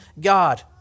God